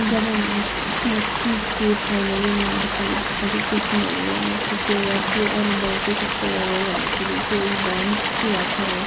जब म सिकेँ फाइनली म बिस्तारी बिस्तारी कुकिङहरू गर्न सिकेँ र त्यो अनुभव चाहिँ कस्तो रह्यो भन्दाखेरि चाहिँ एकदम खुसी लाग्थ्यो मलाई